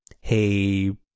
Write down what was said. hey